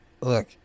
Look